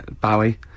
Bowie